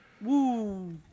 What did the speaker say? Woo